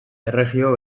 erregio